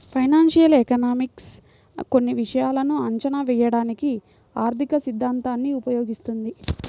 financial economics కొన్ని విషయాలను అంచనా వేయడానికి ఆర్థికసిద్ధాంతాన్ని ఉపయోగిస్తుంది